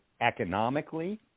economically